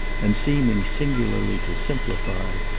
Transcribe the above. and, seeming singularly to simplify,